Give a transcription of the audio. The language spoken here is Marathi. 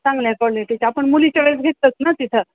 चांगल्या क्वालिटीचा आपण मुलीच्या वेळेस घेतलंच ना तिथं